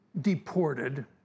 deported